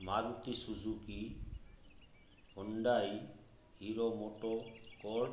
Maruti Suzuki Hyundai hero moto ford